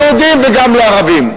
גם ליהודים וגם לערבים.